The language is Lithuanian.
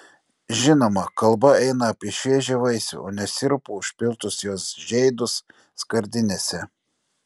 žinoma kalba eina apie šviežią vaisių o ne sirupu užpiltus jos žeidus skardinėse